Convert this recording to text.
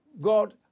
God